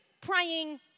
praying